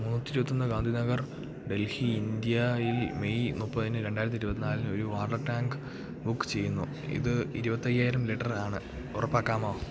നൂറ്റി ഇരുപത്തിയൊന്ന് ഗാന്ധി നഗർ ഡൽഹി ഇന്ത്യയിൽ മെയ് മുപ്പതിന് രണ്ടായിരത്തി ഇരുപത്തിനാലിന് ഒരു വാട്ടർ ടാങ്ക് ബുക്ക് ചെയ്യുന്നു ഇത് ഇരുപത്തി അയ്യായിരം ലിറ്റർ ആണ് ഉറപ്പാക്കാമോ